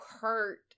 hurt